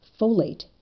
folate